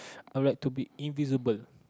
I'd like to be invisible